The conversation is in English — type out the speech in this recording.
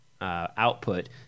output